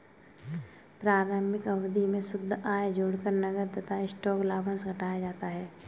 प्रारंभिक अवधि में शुद्ध आय जोड़कर नकद तथा स्टॉक लाभांश घटाया जाता है